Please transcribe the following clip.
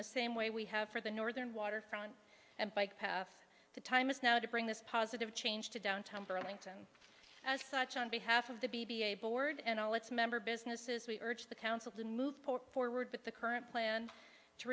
the same way we have for the northern waterfront and bike path the time is now to bring this positive change to downtown burlington as such on behalf of the b b a board and all its member businesses we urge the council to move forward with the current plan to